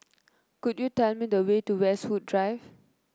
could you tell me the way to Westwood Drive